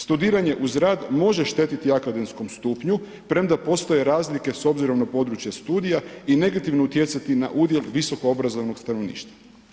Studiranje uz rad može štetiti akademskom stupnju premda postoje razlike s obzirom na područje studija i negativno utjecati na udjel visokoobrazovanog stanovništva.